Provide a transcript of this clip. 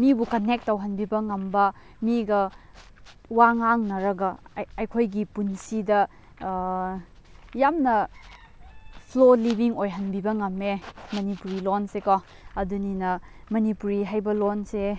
ꯃꯤꯕꯨ ꯀꯅꯦꯛ ꯇꯧꯍꯟꯕꯤꯕ ꯉꯝꯕ ꯃꯤꯒ ꯋꯥ ꯉꯥꯡꯅꯔꯒ ꯑꯩ ꯑꯩꯈꯣꯏꯒꯤ ꯄꯨꯟꯁꯤꯗ ꯌꯥꯝꯅ ꯐ꯭ꯂꯣ ꯂꯤꯚꯤꯡ ꯑꯣꯏꯍꯟꯕꯤꯕ ꯉꯝꯃꯦ ꯃꯅꯤꯄꯨꯔꯤ ꯂꯣꯟꯁꯦ ꯑꯗꯨꯅꯤꯅ ꯃꯅꯤꯄꯨꯔꯤ ꯍꯥꯏꯕ ꯂꯣꯟꯁꯦ